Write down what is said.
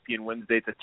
Wednesday